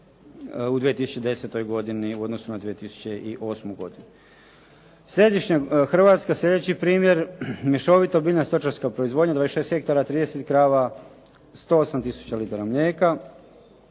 u 2010. godini u odnosu na 2008. godinu. Središnja Hrvatska sljedeći primjer, mješovita biljno-stočarska proizvodnja, 26 ha, 30 krava, 108000 litara mlijeka.